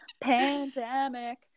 pandemic